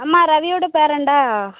அம்மா ரவியோடய பேரன்டா